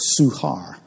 suhar